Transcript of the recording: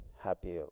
happy